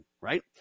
right